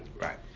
Right